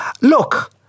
Look